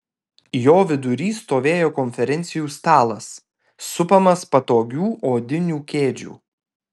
jo vidury stovėjo konferencijų stalas supamas patogių odinių kėdžių